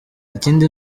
ikindi